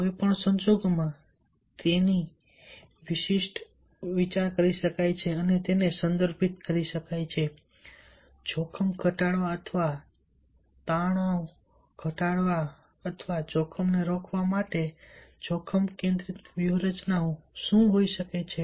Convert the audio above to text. કોઈ પણ સંજોગોમાં તેના વિશે વિચારી શકાય છે અને તેને સંદર્ભિત કરી શકાય છે જોખમ ઘટાડવા અથવા તણાવ ઘટાડવા અથવા જોખમને રોકવા માટે જોખમ કેન્દ્રિત વ્યૂહરચના શું હોઈ શકે છે